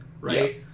right